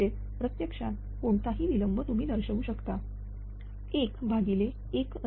म्हणजेच प्रत्यक्षात कोणताही विलंब तुम्ही दर्शवू शकता